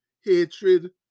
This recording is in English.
hatred